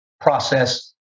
process